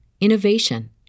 innovation